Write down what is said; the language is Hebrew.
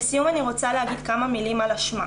לסיום אני רוצה להגיד כמה מילים על אשמה